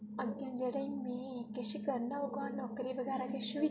अग्गें जेह्ड़े मिगी किश करना ओह् नौकरी बगैरा किश बी करनी ऐ